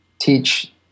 teach